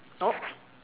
nope